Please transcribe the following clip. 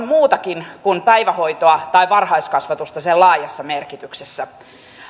muutakin kuin päivähoitoa tai varhaiskasvatusta sen laajassa merkityksessä